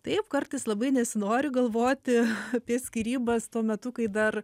taip kartais labai nesinori galvoti apie skyrybas tuo metu kai dar